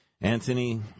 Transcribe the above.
Anthony